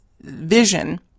vision